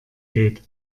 geht